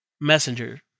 messenger